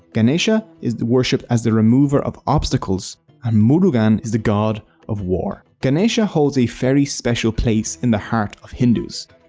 ganesha is worshipped as the remover of obstacles and murugan is the god of war. ganesha holds a special place in the hearts of hindus,